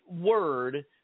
word